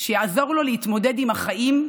שיעזרו לו להתמודד עם החיים,